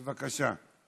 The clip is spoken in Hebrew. בבקשה.